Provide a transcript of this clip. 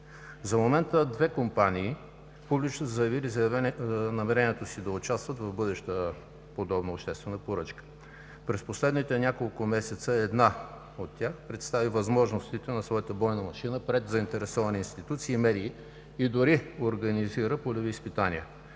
За момента две компании публично са заявили намерението си да участват в бъдеща подобна обществена поръчка. През последните няколко месеца една от тях представи възможностите на своята бойна машина пред заинтересовани институции и медии, дори организира полеви изпитания.